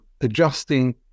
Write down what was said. adjusting